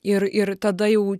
ir ir tada jau